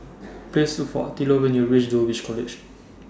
Please Look For Attilio when YOU REACH Dulwich College